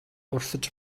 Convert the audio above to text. урсаж